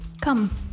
Come